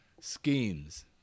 schemes